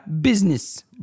business